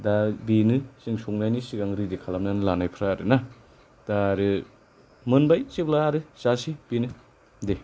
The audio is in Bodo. दा बेनो जों संनायनि सिगां रेडि खालामनानै लानायफ्रा आरोना दा आरो मोनबाय जेब्ला आरो जासै बेनो दे